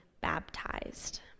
baptized